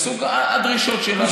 בסוג הדרישות שלנו מהם,